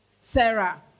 Sarah